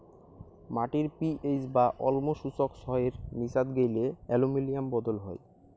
মাটির পি.এইচ বা অম্ল সূচক ছয়ের নীচাত গেইলে অ্যালুমিনিয়াম বদল হই